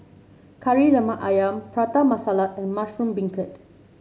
Kari Lemak ayam Prata Masala and Mushroom Beancurd